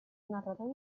narrador